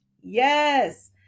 Yes